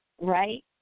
right